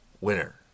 winner